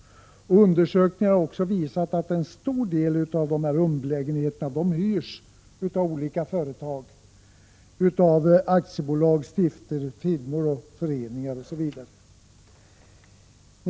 Undersökningar har också visat att en stor del av dessa umb-lägenheter hyrs av olika företag, aktiebolag, stiftelser, föreningar osv.